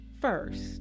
first